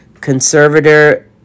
conservator